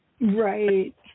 Right